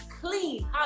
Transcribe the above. clean